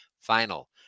final